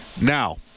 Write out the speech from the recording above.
Now